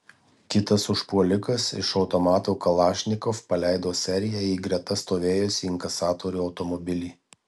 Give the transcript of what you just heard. kitas užpuolikas iš automato kalašnikov paleido seriją į greta stovėjusį inkasatorių automobilį